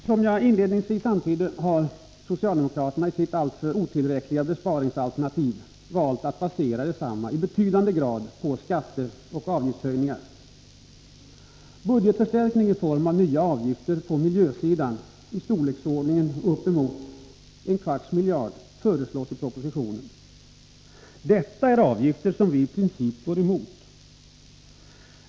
Som jag inledningsvis antydde har socialdemokraterna i sitt alltför otillräckliga besparingsalternativ valt att i betydande grad basera det på skatteoch avgiftshöjningar. Budgetförstärkning i form av nya avgifter på miljösidan i storleksordningen uppemot en kvarts miljard föreslås i proposi tionen. Detta är avgifter som vi i princip går emot.